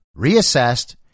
reassessed